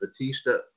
Batista